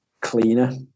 cleaner